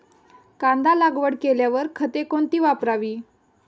कांदा लागवड केल्यावर खते कोणती वापरावी?